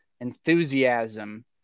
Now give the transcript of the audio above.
enthusiasm